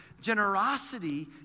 generosity